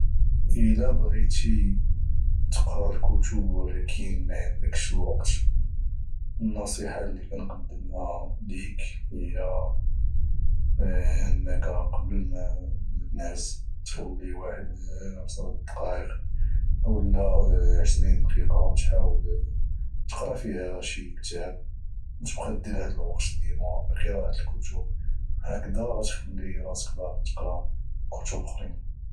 الى بغيتي تقرا الكتب ولكن معندكش الوقت النصيحة اللي كنقدمها ليك هي انك قبل متنعس تخلي واحد 10 دقايق اولى 20 دقيقة تحاول تقرا فيها شي كتاب او تبقا دير هاد الوقت دائما لقراءة الكتب هاكدا غتخلي راسك باغي تقرا كتب